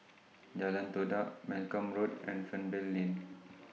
Jalan Todak Malcolm Road and Fernvale Lane